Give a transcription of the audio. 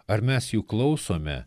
ar mes jų klausome